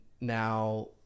now